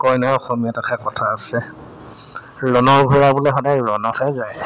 কয় নহয় অসমীয়াত এষাৰ কথা আছে ৰণৰ ঘোঁৰা বোলে সদায় ৰণতহে যায়